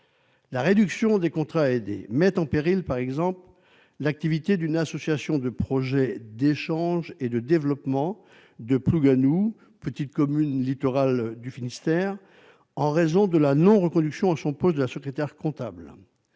La réduction des contrats aidés met en péril, par exemple, l'activité de l'association « Projets, échanges et développement » de Plougasnou, petite commune littorale du Finistère, en raison de la non-reconduction à son poste de la secrétaire comptable.